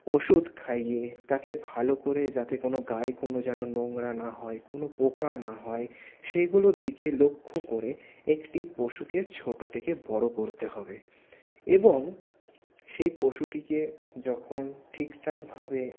ওষুধ খাইয়ে তাকে ভালো করে যাতে কোনো গায়ে কোনো যেন নোংরা না হয় কোনো পোকা না হয় সেগুলোর দিকে লক্ষ্য করে একটি পশুকে ছোট থেকে বড়ো করতে হবে এবং সেই পশুটিকে যখন ঠিকঠাকভাবে